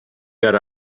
got